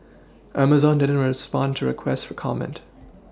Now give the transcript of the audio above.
Amazon didn't respond to requests for comment